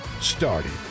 started